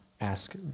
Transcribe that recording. ask